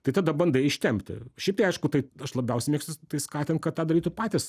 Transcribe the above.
tai tada bandai ištempti šiaip tai aišku tai aš labiausiai mėgstu tai skatint kad tą darytų patys